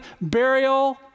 burial